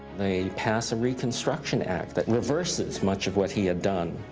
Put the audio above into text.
they passed a reconstruction act that reverses much of what he had done.